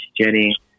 Jenny